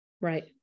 right